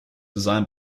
designed